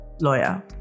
lawyer